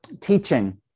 teaching